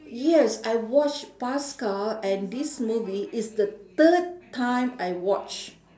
yes I watched paskal and this movie is the third time I watch